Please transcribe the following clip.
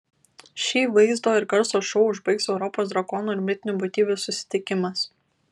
šį vaizdo ir garso šou užbaigs europos drakonų ir mitinių būtybių susitikimas